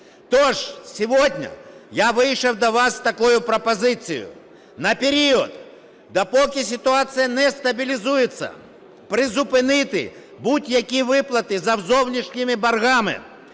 Тож сьогодні я вийшов до вас з такою пропозицією. На період допоки ситуація не стабілізується, призупинити будь-які виплати за зовнішніми боргами,